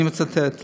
אני מצטט,